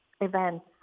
events